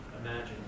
imagine